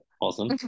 Awesome